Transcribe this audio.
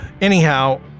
Anyhow